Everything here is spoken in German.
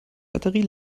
batterie